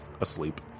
asleep